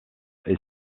est